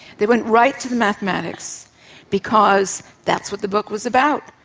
they went right to the mathematics because that's what the book was about.